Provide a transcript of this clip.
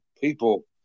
people